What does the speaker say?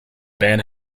band